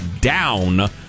down